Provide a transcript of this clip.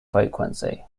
frequency